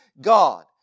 God